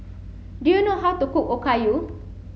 do you know how to cook Okayu